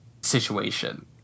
situation